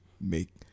make